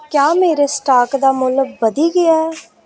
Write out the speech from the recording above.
क्या मेरे स्टाक दा मुल्ल बधी गेआ ऐ